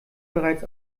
bereits